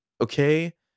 okay